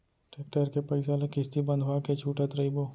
tractor के पइसा ल किस्ती बंधवा के छूटत रइबो